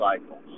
cycles